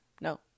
No